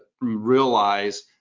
realize